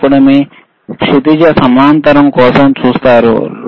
ఇప్పుడు మీరు క్షితిజ సమాంతర కోసం చూసినప్పుడు